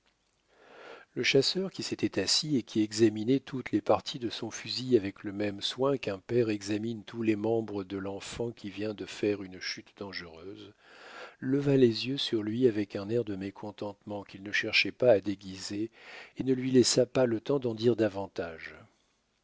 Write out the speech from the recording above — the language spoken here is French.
le chasseur qui s'était assis et qui examinait toutes les parties de son fusil avec le même soin qu'un père examine tous les membres de l'enfant qui vient de faire une chute dangereuse leva les yeux sur lui avec un air de mécontentement qu'il ne cherchait pas à déguiser et ne lui laissa pas le temps d'en dire davantage